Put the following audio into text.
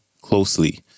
Closely